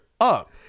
up